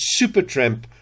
Supertramp